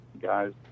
guys